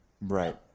Right